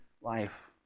life